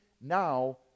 now